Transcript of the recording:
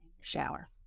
shower